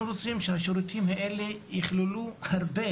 אנחנו רוצים שהשירותים האלה יכללו הרבה